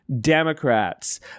Democrats